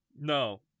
No